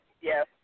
Yes